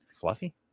Fluffy